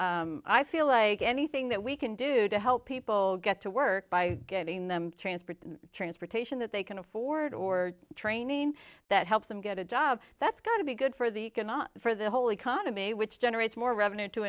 in i feel like anything that we can do to help people get to work by getting them transferred to transportation that they can afford or training that helps them get a job that's got to be good for the cannot for the whole economy which generates more revenue to